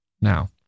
Now